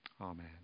Amen